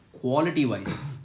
quality-wise